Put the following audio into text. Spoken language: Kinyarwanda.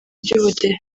by’ubudehe